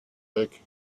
back